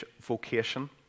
vocation